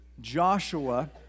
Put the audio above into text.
Joshua